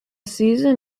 season